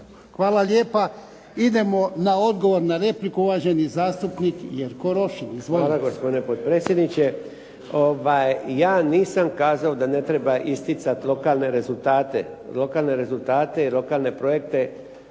Hvala lijepa. Idemo na odgovor na repliku uvaženi zastupnik Jerko Rošin. Izvolite. **Rošin, Jerko (HDZ)** Hvala gospodine potpredsjedniče. Ja nisam kazao da ne treba isticati lokalne rezultate. Lokalne rezultate